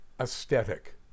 aesthetic